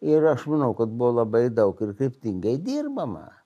ir aš manau kad buvo labai daug ir kryptingai dirbama